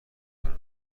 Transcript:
کنم